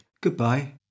Goodbye